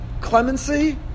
clemency